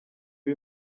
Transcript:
iba